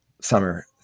summer